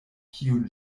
kiun